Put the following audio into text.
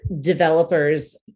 developers